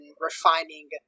refining